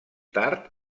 tard